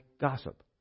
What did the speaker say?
gossip